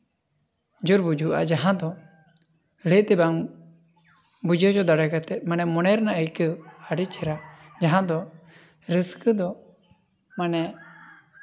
ᱧᱩᱨ ᱵᱩᱡᱩᱜᱼᱟ ᱡᱟᱦᱟᱸ ᱫᱚ ᱞᱟᱹᱭ ᱛᱮ ᱵᱟᱝ ᱵᱩᱡᱷᱟᱹᱣ ᱦᱚᱪᱚ ᱫᱟᱲᱮ ᱠᱟᱛᱮᱜ ᱢᱟᱱᱮ ᱢᱚᱱᱮ ᱨᱮᱱᱟᱜ ᱟᱹᱭᱠᱟᱹᱣ ᱟᱹᱰᱤ ᱪᱮᱦᱨᱟ ᱡᱟᱦᱟᱸ ᱫᱚ ᱨᱟᱹᱥᱠᱟᱹ ᱫᱚ ᱢᱟᱱᱮ